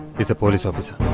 is a police officer